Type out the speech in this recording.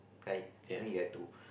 like I mean you have to